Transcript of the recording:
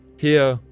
here,